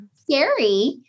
scary